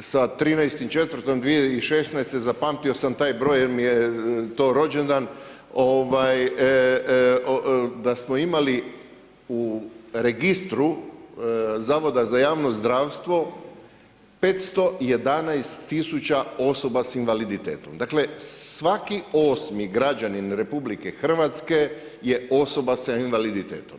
sa 13.4.2016., zapamtio sam taj broj jer mi je to rođendan, da smo imali u registru Zavoda za javno zdravstvo 511 000 osoba sa invaliditetom, dakle svaki osmi građanin RH je osoba sa invaliditetom.